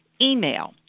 Email